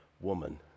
woman